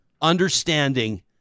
understanding